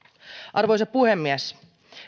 arvoisa puhemies